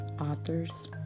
authors